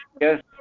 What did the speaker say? Yes